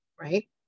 right